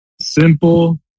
Simple